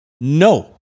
No